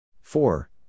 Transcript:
Four